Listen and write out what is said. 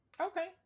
Okay